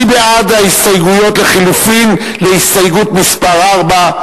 ההסתייגות לחלופין של הסתייגות מס' 4,